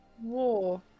war